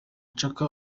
chaka